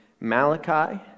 Malachi